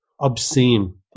obscene